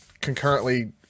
concurrently